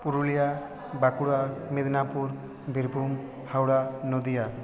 Purulia Bankura Medinipur Birbhum Howrah Nadia